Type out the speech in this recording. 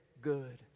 good